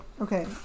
okay